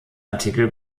artikel